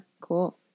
Cool